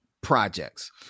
projects